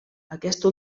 aquesta